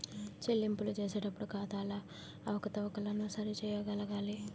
చెల్లింపులు చేసేటప్పుడు ఖాతాల అవకతవకలను సరి చేయగలగాలి